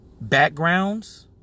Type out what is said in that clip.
backgrounds